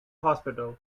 hospital